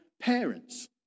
parents